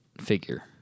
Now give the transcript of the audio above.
figure